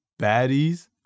baddies